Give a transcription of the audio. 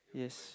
yes